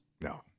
No